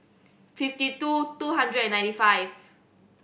fifty two two hundred and ninety five